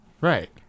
Right